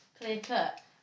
clear-cut